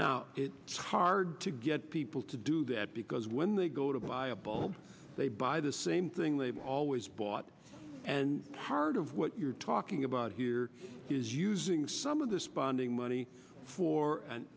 now it is hard to get people to do that because when they go to buy a bulb they buy the same thing they've always bought and part of what you're talking about here is using some of this bonding money for an